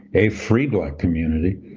a free black community.